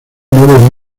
nuevos